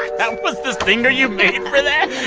that was the stinger you made for that?